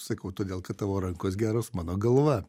sakau todėl kad tavo rankos geros mano galva